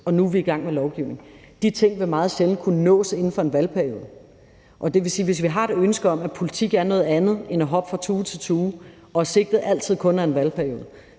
og nu er vi i gang med lovgivningen. De ting vil meget sjældent kunne nås inden for en valgperiode. Og det vil sige, at hvis vi har et ønske om, at politik er noget andet end at hoppe fra tue til tue, og at sigtet altid kun er en valgperiode,